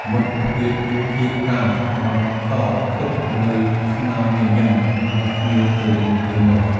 មិត្តភាពគឺជាការបន្សល់ទុកនូវស្នាមញញឹមឱ្យគ្នាទៅវិញទៅមក។